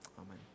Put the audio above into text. Amen